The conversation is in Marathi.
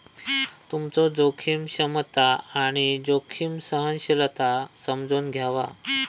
तुमचो जोखीम क्षमता आणि जोखीम सहनशीलता समजून घ्यावा